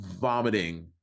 vomiting